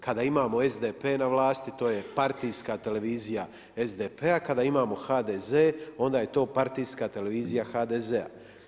Kada imamo SDP na vlasti to je partijska televizija SDP-a, kada imamo HDZ onda je to partijska televizija HDZ-a.